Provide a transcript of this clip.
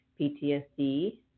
PTSD